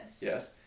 Yes